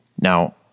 Now